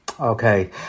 Okay